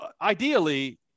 ideally